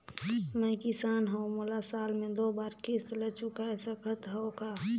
मैं किसान हव मोला साल मे दो बार किस्त ल चुकाय सकत हव का?